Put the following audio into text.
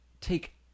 take